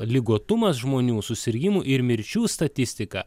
ligotumas žmonių susirgimų ir mirčių statistika